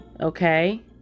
Okay